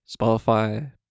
Spotify